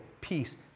peace